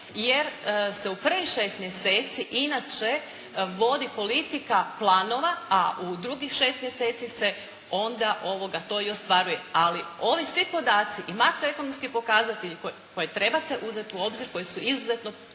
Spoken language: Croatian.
jer se u prvih šest mjeseci inače vodi politika planova a u drugih šest mjeseci se onda to i ostvaruje. Ali ovi svi podaci i makroekonomski pokazatelji koje trebate uzeti u obzir, koji su izuzetno